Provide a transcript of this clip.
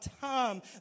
time